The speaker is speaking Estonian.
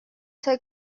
sai